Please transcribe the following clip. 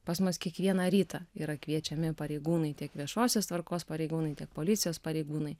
pas mus kiekvieną rytą yra kviečiami pareigūnai tiek viešosios tvarkos pareigūnai tiek policijos pareigūnai